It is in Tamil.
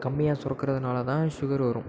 கம்மியாக சுரக்கிறதுனால தான் சுகர் வரும்